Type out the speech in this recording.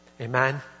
Amen